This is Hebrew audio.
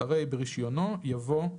אחרי "ברישיונו" יבוא ",